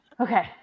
Okay